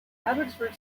abbotsford